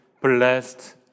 blessed